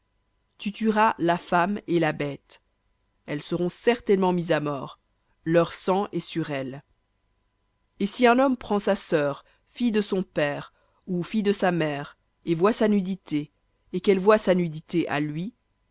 tu tueras la femme et la bête elles seront certainement mises à mort leur sang est sur elles et si un homme prend sa sœur fille de son père ou fille de sa mère et voit sa nudité et qu'elle voie sa nudité à lui